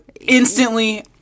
instantly